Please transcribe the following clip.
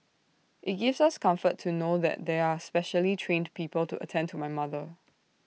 IT gives us comfort to know that there are specially trained people to attend to my mother